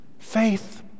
Faith